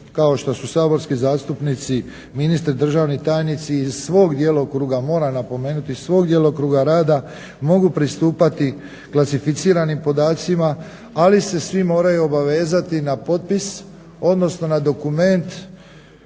kao što su saborski zastupnici, ministri, državni tajnici iz svog djelokruga, moram napomenuti, iz svog djelokruga rada mogu pristupati klasificiranim podacima, ali se svi moraju obavezati na potpis, odnosno na dokument